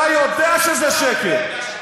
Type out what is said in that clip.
אתה יודע שזה שקר.